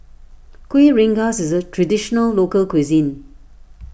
Kueh Rengas is a Traditional Local Cuisine